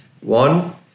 One